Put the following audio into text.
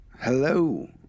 Hello